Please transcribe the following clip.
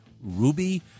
Ruby